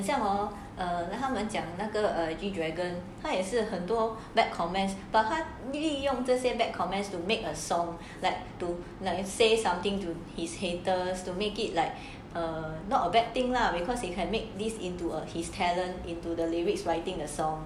对咯很像 hor 他们讲那个 G dragon 它也是很多 bad comments 利用这些 bad comments to make a song like to like let's say something to his haters to make it like err not a bad thing lah because you can make this into his talent into his lyrics writing the song